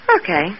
Okay